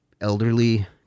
elderly